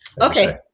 Okay